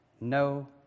No